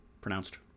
pronounced